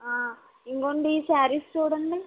ఇదిగోనండీ ఈ శారీస్ చూడండి